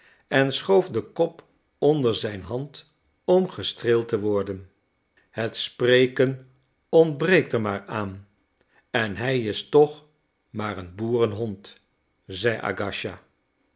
en schoof den kop onder zijn hand om gestreeld te worden het spreken ontbreekt er maar aan en hij is toch maar een boerenhond zei